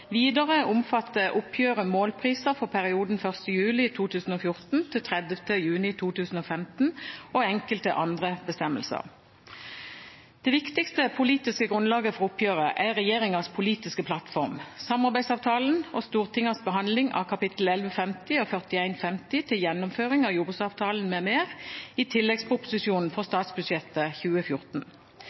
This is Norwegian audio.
Videre omfatter oppgjøret målpriser for perioden 1. juli 2014 til 30. juni 2015 og enkelte andre bestemmelser. Det viktigste politiske grunnlaget for oppgjøret er regjeringens politiske plattform, samarbeidsavtalen og Stortingets behandling av kap. 1150 og 4150 til gjennomføring av jordbruksavtalen m.m. i tilleggsproposisjonen for statsbudsjettet 2014.